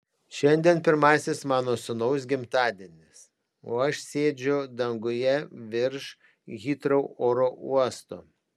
šiandien pirmasis mano sūnaus gimtadienis o aš sėdžiu danguje virš hitrou oro uosto